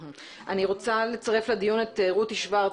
אני רוצה לצרף לדיון את רותי שורץ,